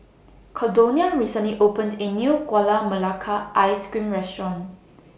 Caldonia recently opened A New Gula Melaka Ice Cream Restaurant